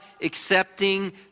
accepting